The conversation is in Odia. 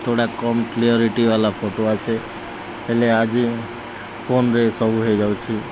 ଥୋଡ଼ା କମ କ୍ଲାରିଟି ବାଲା ଫଟୋ ଆସେ ହେଲେ ଆଜି ଫୋନରେ ସବୁ ହେଇଯାଉଛି